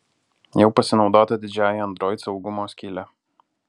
jau pasinaudota didžiąja android saugumo skyle